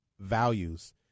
values